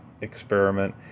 experiment